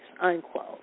unquote